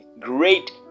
great